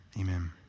Amen